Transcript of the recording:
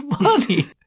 money